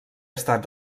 estat